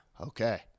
Okay